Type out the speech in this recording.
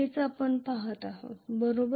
तेच आपण पहात आहोत बरोबर